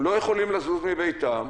הם לא יכולים לזוז מביתם,